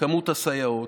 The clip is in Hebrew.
בכמות הסייעות,